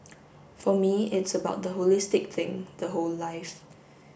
for me it's about the holistic thing the whole life